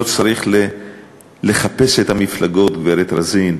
לא צריך לחפש את המפלגות, גברת רוזין,